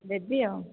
ଦେବି ଆଉ